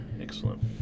excellent